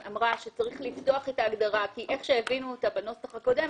היא אמרה שצריך לפתוח את ההגדרה כי כפי שהבינו אותה בנוסח הקודם,